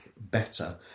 better